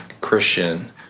Christian